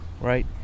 Right